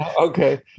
Okay